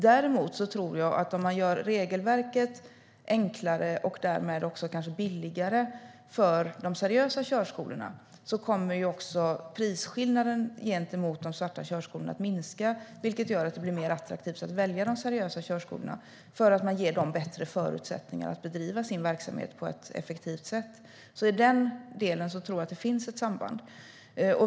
Däremot tror jag att om man gör regelverket enklare och därmed kanske också billigare för de seriösa körskolorna så kommer också prisskillnaden gentemot de svarta körskolorna att minska, vilket gör att det blir mer attraktivt att välja de seriösa körskolorna. De får bättre förutsättningar att bedriva sin verksamhet på ett effektivt sätt. I den delen tror jag alltså att det finns ett samband.